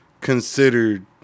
considered